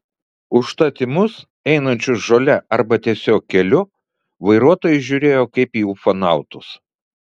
užtat į mus einančius žole arba tiesiog keliu vairuotojai žiūrėjo kaip į ufonautus